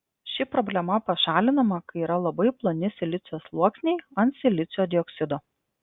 ši problema pašalinama kai yra labai ploni silicio sluoksniai ant silicio dioksido